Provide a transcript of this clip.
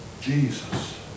Jesus